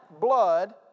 blood